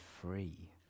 free